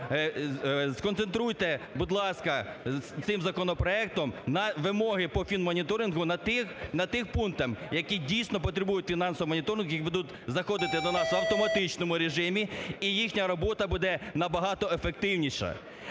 сконцентруйте, будь ласка, цим законопроектом на вимоги по фінмоніторингу на тих пунктах, які дійсно потребують фінансового моніторингу, які будуть заходити до нас в автоматичному режимі і їхня робота буде набагато ефективніша.